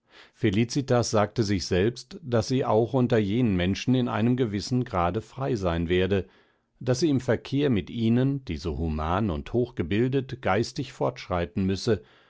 felicitas sagte sich selbst daß sie auch unter jenen menschen in einem gewissen grade frei sein werde daß sie im verkehr mit ihnen die so human und hochgebildet geistig fortschreiten müsse